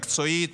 מקצועית,